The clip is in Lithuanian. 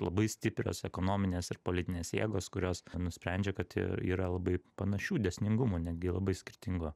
labai stiprios ekonominės ir politinės jėgos kurios nusprendžia kad y yra labai panašių dėsningumų netgi labai skirtingo